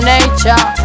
Nature